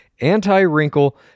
anti-wrinkle